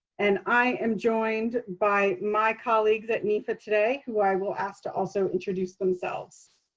and i am joined by my colleagues at nefa today, who i will ask to also introduce themselves.